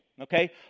okay